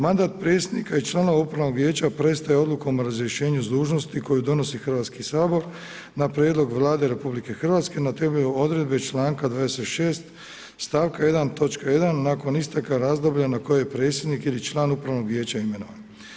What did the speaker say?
Mandat predsjednika i članova upravnog vijeća prestaje odlukom o razrješenju s dužnosti koju donosi Hrvatski sabor na prijedlog Vlade RH na temelju odredbe članka 26. stavka 1. točke 1. nakon isteka razdoblja na koje je predsjednik ili član upravnog vijeća imenovan.